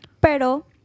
Pero